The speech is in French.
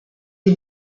des